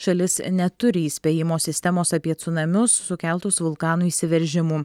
šalis neturi įspėjimo sistemos apie cunamius sukeltus vulkanų išsiveržimų